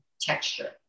texture